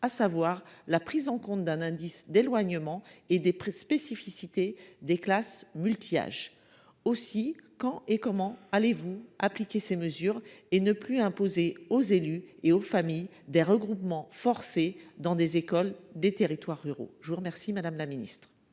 à savoir la prise en compte d'un indice d'éloignement et des prix spécificité des classes multi-âge aussi, quand et comment allez-vous appliquer ces mesures et ne plus imposer aux élus et aux familles des regroupements forcés dans des écoles des territoires ruraux. Je vous remercie, madame la ministre.